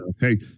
Hey